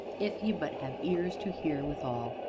if he but have ears to hear withal.